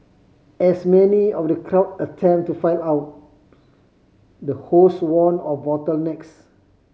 as many of the crowd attempted to file out the host warned of bottlenecks